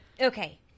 Okay